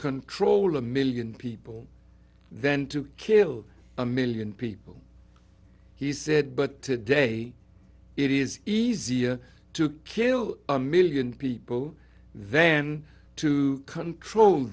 control a million people then to kill a million people he said but today it is easier to kill a million people then to control